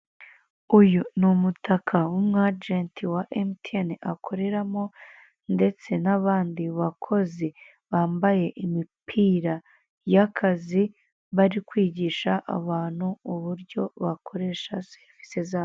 Uyu ni umutaka w'umwagenti wa MTN akoreramo ndetse n'abandi bakozi bambaye imipira y'akazi bari kwigisha abantu uburyo bakoresha serivise zabo.